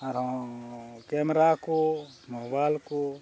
ᱟᱨᱦᱚᱸ ᱠᱮᱢᱮᱨᱟ ᱠᱚ ᱢᱳᱵᱟᱭᱤᱞ ᱠᱚ